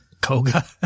Koga